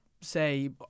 say